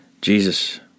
Jesus